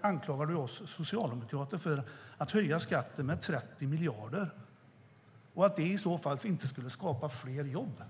anklagar du oss socialdemokrater för att höja skatten med 30 miljarder och menar att det inte skulle skapa fler jobb.